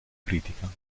critica